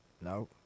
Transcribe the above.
No